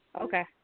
Okay